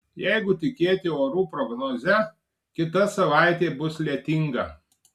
jeigu tikėti orų prognoze kita savaitė bus lietinga